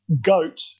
goat